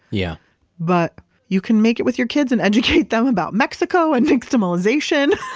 yeah but you can make it with your kids, and educate them about mexico, and nixtamalization